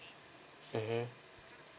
mmhmm